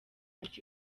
anti